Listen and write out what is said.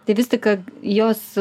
tai vis tik jos